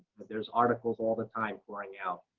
there's articles all the time pouring out.